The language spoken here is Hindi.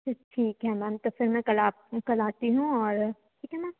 फिर ठीक है मैम तो फिर मैं कल कल आती हूँ और ठीक है मैम